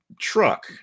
Truck